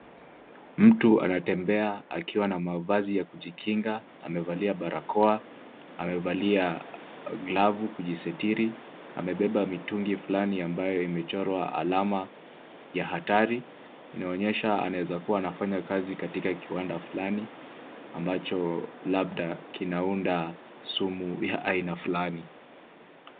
Mtu anatembea akiwa na mavazi ya kujikinga, amevalia barakoa, amevalia glavu kujisitiri, amebeba mitungi fulani ambayo imechorwa alama ya hatari. lnaonyesha anaweza kuwa anafanya kazi katika kiwanda fulani, ambacho labda kinaunda sumu ya aina fulani.